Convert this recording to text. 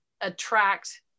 attract